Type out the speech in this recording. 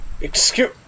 Excuse-